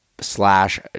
slash